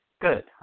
Good